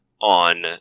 on